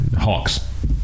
Hawks